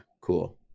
cool